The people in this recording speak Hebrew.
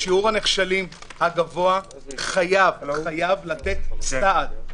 שיעור הנכשלים הגבוה מחייב לתת סעד.